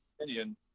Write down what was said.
opinion